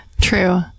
True